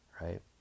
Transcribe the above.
Right